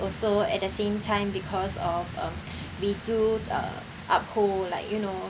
also at the same time because of um we do uh uphold like you know